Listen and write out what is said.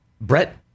Brett